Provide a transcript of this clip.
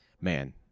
man